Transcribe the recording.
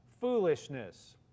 foolishness